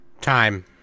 Time